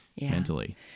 mentally